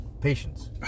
Patience